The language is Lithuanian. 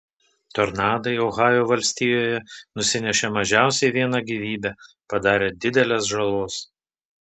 tornadai ohajo valstijoje nusinešė mažiausiai vieną gyvybę padarė didelės žalos